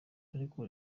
ariko